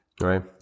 Right